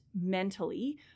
mentally